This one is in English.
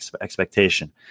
expectation